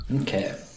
Okay